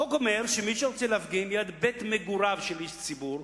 החוק אומר שמי שרוצה להפגין ליד בית-מגוריו של איש ציבור,